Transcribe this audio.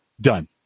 done